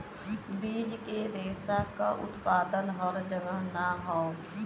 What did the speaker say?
बीज के रेशा क उत्पादन हर जगह ना हौ